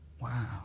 Wow